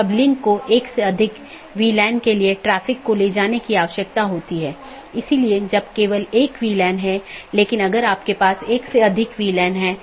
अगला राउटर 3 फिर AS3 AS2 AS1 और फिर आपके पास राउटर R1 है